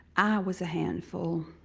was a handful.